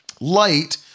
Light